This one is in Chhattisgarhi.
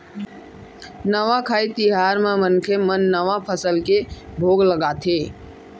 नवाखाई तिहार म मनखे मन नवा फसल के भोग लगाथे